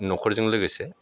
न'खरजों लोगोसे